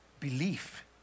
belief